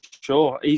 sure